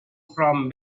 from